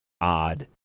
odd